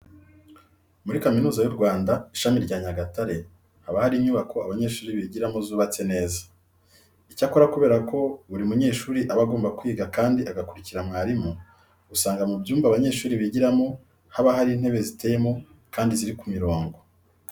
Muri Kaminuza y'u Rwanda, ishami rya Nyagatare haba hari inyubako abanyeshuri bigiramo zubatse neza. Icyakora kubera ko buri munyeshuri aba agomba kwiga kandi agakurikira mwarimu, usanga mu byumba abanyeshuri bigiramo haba hari intebe ziteyemo kandi ziri ku mirongo.